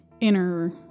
inner